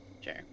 Sure